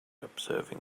observing